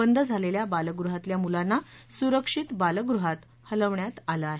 बंद झालेल्या बालगृहातल्या मुलांना सुरक्षित बालगृहात हलवण्यात आलं आहे